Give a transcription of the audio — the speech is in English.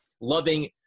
loving